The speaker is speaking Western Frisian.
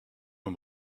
him